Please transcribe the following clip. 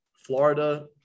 Florida